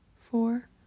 four